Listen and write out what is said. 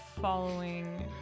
following